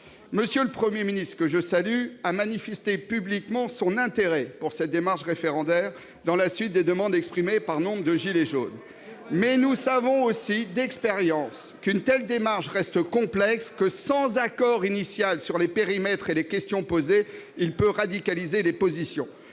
M. le Premier ministre, que je salue, a manifesté publiquement son intérêt pour cette démarche référendaire, dans la suite des demandes exprimées par nombre de « gilets jaunes ». Mais nous savons aussi d'expérience qu'une telle démarche reste complexe : sans accord initial sur les périmètres et la question posée, le référendum peut radicaliser les positions.